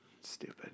stupid